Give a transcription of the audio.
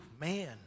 man